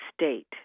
state